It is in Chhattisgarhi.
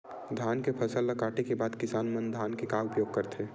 धान के फसल ला काटे के बाद किसान मन धान के का उपयोग करथे?